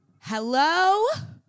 Hello